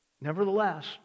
nevertheless